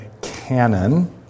canon